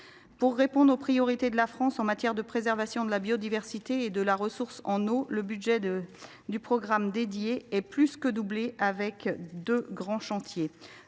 de répondre aux priorités de la France en matière de préservation de la biodiversité et de la ressource en eau, le budget du programme dédié est plus que doublé ; il s’articule